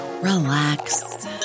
relax